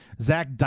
Zach